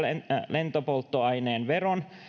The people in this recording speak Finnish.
lentopolttoaineen veron